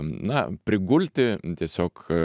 na prigulti tiesiog